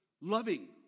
Loving